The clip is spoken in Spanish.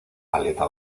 aleta